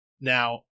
now